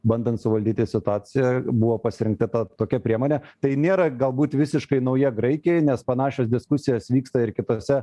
bandant suvaldyti situaciją buvo pasirinkta ta tokia priemonė tai nėra galbūt visiškai nauja graikijai nes panašios diskusijos vyksta ir kitose